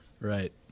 Right